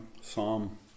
Psalm